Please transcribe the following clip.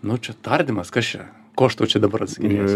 nu čia tardymas kas čia ko aš tau čia dabar atsakinėsiu